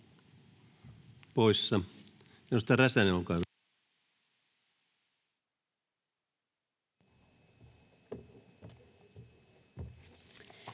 poissa.